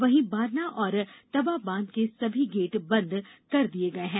वही बारना और तवा बांध के सभी गेट बंद कर दिये गये हैं